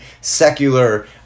secular